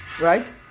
Right